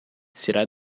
será